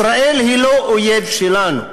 ישראל היא לא אויב שלנו.